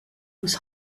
was